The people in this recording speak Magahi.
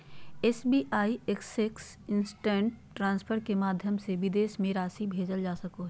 एस.बी.आई एक्सप्रेस इन्स्टन्ट ट्रान्सफर के माध्यम से विदेश में राशि भेजल जा सको हइ